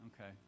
Okay